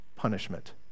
punishment